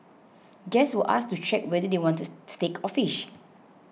guests were asked to check whether they wanted steak or fish